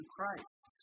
Christ